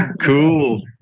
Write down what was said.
Cool